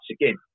again